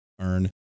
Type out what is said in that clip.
earn